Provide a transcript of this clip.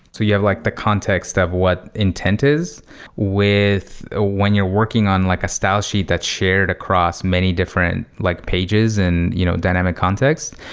so you have like the context of what intent is with ah when you're working on like a style sheet that's shared across many different like pages and you know dynamic context.